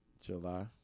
July